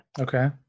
Okay